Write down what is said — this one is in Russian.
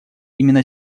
именно